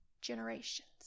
generations